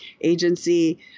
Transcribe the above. Agency